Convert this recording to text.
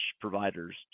providers